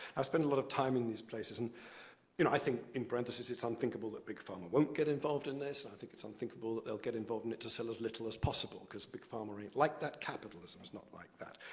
i've spent a lot of time in these places, and i think, in parentheses, it's unthinkable that big pharma won't get involved in this, and i think it's unthinkable that they'll get involved in it to sell as little as possible. because big pharma ain't like that, capitalism's not like that.